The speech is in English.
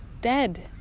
dead